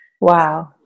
wow